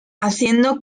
haciendo